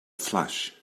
flash